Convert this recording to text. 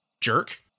jerk